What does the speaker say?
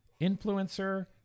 influencer